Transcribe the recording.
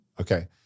Okay